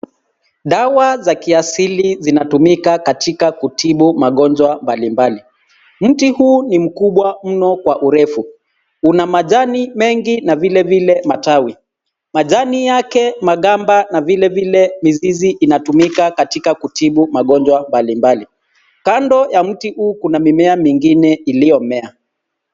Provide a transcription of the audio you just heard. Dawa za kiasili zinatumika katika kutibu magonjwa mbali mbali. Mti huu ni mkubwa mno kwa urefu, una majani mengi na vilevile matawi. Majani yake, magamba na vile vile mizizi yake inatumika katika kutibu magonjwa mbali mbali. Kando ya mti huu kuna mimea mingine iliyomea.